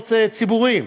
מעונות ציבוריים.